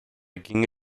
ging